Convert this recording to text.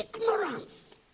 Ignorance